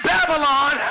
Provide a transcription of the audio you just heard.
Babylon